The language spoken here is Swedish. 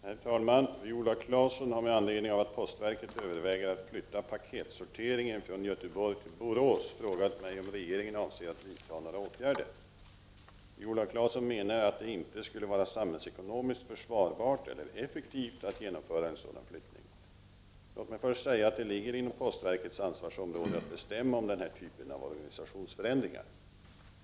Herr talman! Viola Claesson har med anledning av att postverket överväger att flytta paketsorteringen från Göteborg till Borås frågat mig om regeringen avser att vidta några åtgärder. Viola Claesson menar att det inte skulle vara samhällsekonomiskt försvarbart eller effektivt att genomföra en sådan flyttning. Låt mig först säga att det ligger inom postverkets ansvarsområde att bestämma om den här typen av organisationsförändringar.